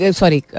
sorry